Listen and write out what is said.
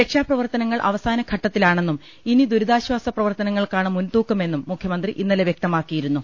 രക്ഷാ പ്രവർത്തനങ്ങൾ അവസാന ഘട്ടത്തിലാണെന്നും ഇനി ദുരിതാ ശ്വാസ പ്രവർത്തനങ്ങൾക്കാണ് മുൻതൂക്കമെന്നും മുഖ്യമന്ത്രി ഇന്നലെ വ്യക്തമാക്കിയിരുന്നു